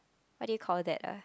what do you call that ah